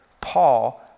Paul